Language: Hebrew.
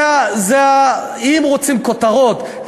אם רוצים כותרות,